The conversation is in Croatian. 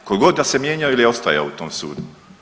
Tko god da se mijenja ili ostaje u tom sudu.